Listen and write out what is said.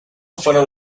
fueron